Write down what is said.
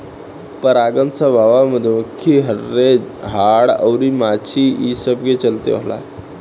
परागन सभ हवा, मधुमखी, हर्रे, हाड़ अउर माछी ई सब के चलते होला